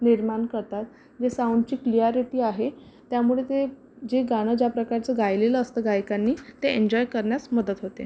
निर्माण करतात जे साऊंडची क्लिअॅरिटी आहे त्यामुळे ते जे गाणं ज्या प्रकारचं गायलेलं असतं गायकांनी ते एन्जॉय करण्यास मदत होते